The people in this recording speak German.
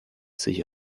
sich